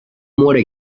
more